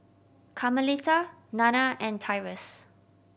Carmelita Nanna and Tyrus